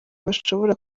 bashobora